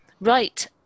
right